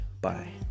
Bye